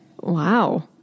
Wow